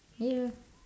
ya